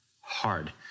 hard